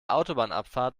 autobahnabfahrt